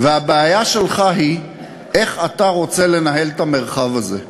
והבעיה שלך היא איך אתה רוצה לנהל את המרחב הזה.